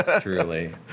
truly